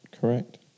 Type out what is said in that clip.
correct